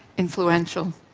influential.